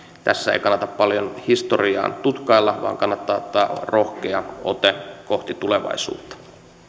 tässä ei kannata paljon historiaa tutkailla vaan kannattaa ottaa rohkea ote kohti tulevaisuutta